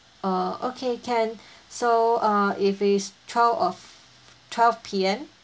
oh okay can so uh if it's twelve of twelve P_M